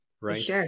Right